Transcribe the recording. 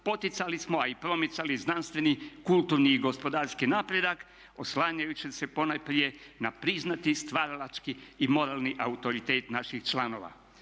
poticali smo a i promicali znanstveni, kulturni i gospodarski napredak oslanjajući se ponajprije na priznati stvaralački i moralni autoritet naših članova.